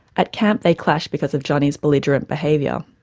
at camp they clash because of johnny's belligerent behaviour.